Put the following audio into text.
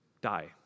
die